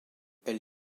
elle